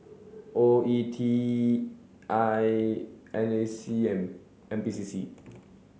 O E T I N A C and N P C C